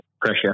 pressure